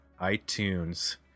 iTunes